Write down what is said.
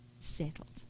settled